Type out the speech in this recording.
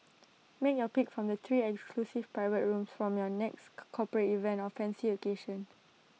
make your pick from the three exclusive private rooms from your next corporate event or fancy occasion